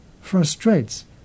frustrates